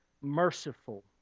Merciful